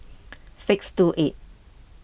six two eight